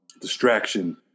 distraction